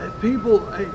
people